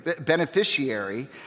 beneficiary